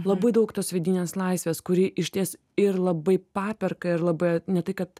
labai daug tos vidinės laisvės kuri išties ir labai paperka ir labai ne tai kad